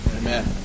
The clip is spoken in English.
Amen